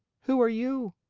who are you?